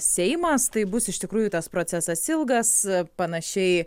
seimas tai bus iš tikrųjų tas procesas ilgas panašiai